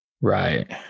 right